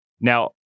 now